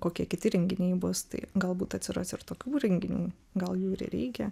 kokie kiti renginiai bus tai galbūt atsiras ir tokių renginių gal jų ir reikia